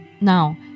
Now